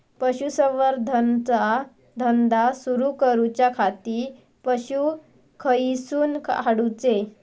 पशुसंवर्धन चा धंदा सुरू करूच्या खाती पशू खईसून हाडूचे?